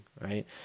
right